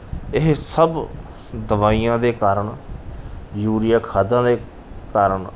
ਇਹ ਸਭ ਦਵਾਈਆਂ ਦੇ ਕਾਰਨ ਯੂਰੀਆ ਖਾਦਾਂ ਦੇ ਕਾਰਨ